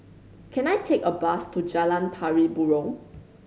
can I take a bus to Jalan Pari Burong